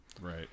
Right